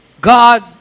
God